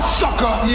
sucker